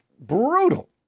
brutal